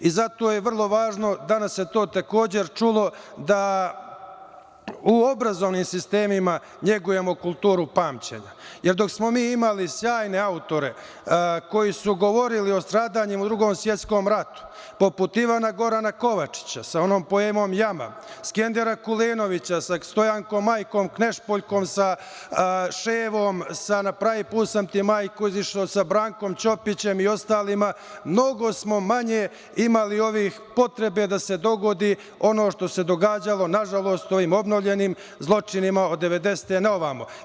Zato je vrlo važno, danas se to takođe čulo, da u obrazovnim sistemima negujemo kulturu pamćenja, jer dok smo mi imali sjajne autore koji su govorili o stradanjima u Drugom svetskom ratu, poput Ivana Gorana Kovačića sa onom poemom „Jama“, Skendera Kulenovića sa „Stojankom majkom Knežpoljkom“, sa „Ševom“, sa „Na pravi put sam ti majku iziš’o“, sa Brankom Čopićem i ostalima, mnogo smo manje imali potrebe da se dogodi ono što se događalo, nažalost, ovim obnovljenim zločinima od devedesete na ovamo.